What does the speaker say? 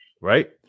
right